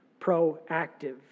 proactive